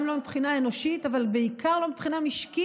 גם לא מבחינה אנושית אבל בעיקר לא מבחינה משקית.